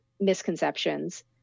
misconceptions